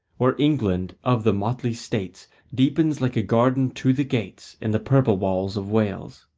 where england of the motley states deepens like a garden to the gates in the purple walls of wales.